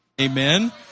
Amen